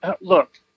look